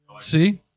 See